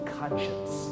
conscience